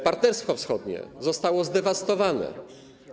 Partnerstwo Wschodnie zostało zdewastowane.